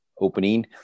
opening